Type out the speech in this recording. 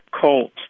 Colt